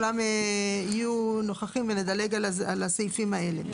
אז אולי צריך שכולם יהיו נוכחים ונדלג על הסעיפים האלה.